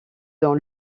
dans